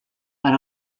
per